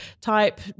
type